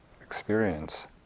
experience